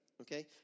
okay